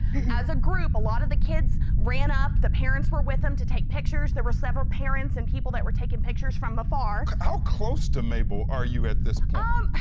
as a group, a lot of the kids ran up, the parents were with them to take pictures, there were several parents and people that were taking pictures from afar how close to mabel are you at this point? um,